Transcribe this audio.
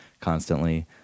constantly